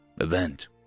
event